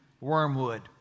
Wormwood